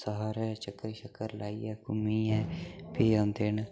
सारे चक्कर शक्कर लाइयै घूमियै भी औंदे न